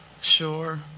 sure